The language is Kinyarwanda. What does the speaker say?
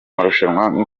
marushanwa